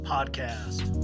Podcast